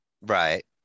Right